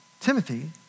Timothy